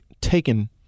taken